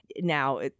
now